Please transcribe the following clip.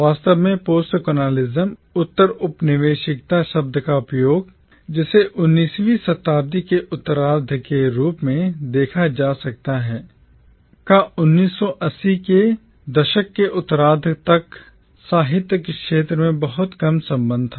वास्तव में postcolonialism उत्तर औपनिवेशिकता शब्द का उपयोग जिसे 19 वीं शताब्दी के उत्तरार्ध के रूप में देखा जा सकता है का 1980 के दशक के उत्तरार्ध तक साहित्य के क्षेत्र से बहुत कम संबंध था